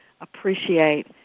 appreciate